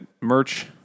merch